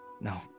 No